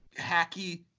hacky